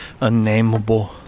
unnameable